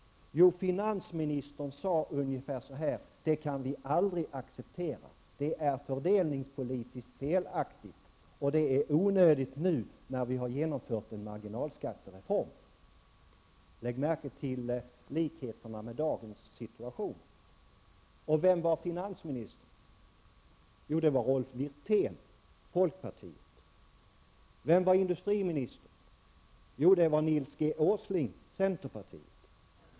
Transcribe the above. Jo, finansministern sade ungefär så här: Det kan vi aldrig acceptera. Det är fördelningspolitiskt felaktigt, och det är onödigt nu när vi har genomfört en marginalskattereform. Lägg märke till likheterna med dagens situation! Vem var finansminister? Jo, det var Rolf Wirtén, folkpartiet. Vem var industriminister? Jo, det var Nils G. Åsling, centerpartiet.